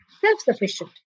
self-sufficient